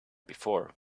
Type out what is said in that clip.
before